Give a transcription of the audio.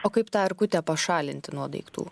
o kaip tą erkutę pašalinti nuo daiktų